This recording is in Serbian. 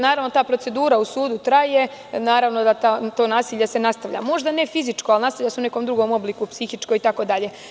Naravno, dok ta procedura u sudu traje, naravno, da se to nasilje nastavlja, možda ne fizičko ali se nastavlja u nekom drugom obliku psihičkom itd.